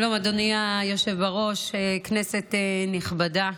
שלום, אדוני היושב בראש, כנסת נכבדה,